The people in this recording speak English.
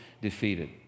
defeated